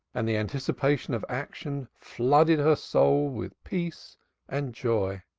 and the anticipation of action flooded her soul with peace and joy,